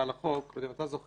על החוק אני לא יודע אם אתה זוכר